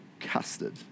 custard